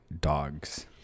dogs